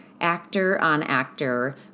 actor-on-actor